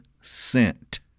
sent